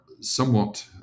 somewhat